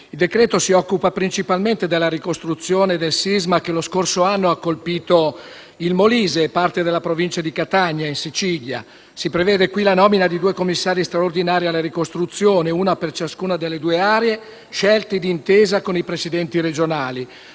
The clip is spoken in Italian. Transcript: Il decreto-legge si occupa principalmente della ricostruzione del sisma che lo scorso anno ha colpito il Molise e parte della Provincia di Catania, in Sicilia. Si prevede qui la nomina di due commissari straordinari alla ricostruzione, uno per ciascuno delle due aree, scelti d'intesa con i Presidenti regionali.